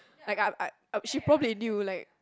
like I I I she probably knew like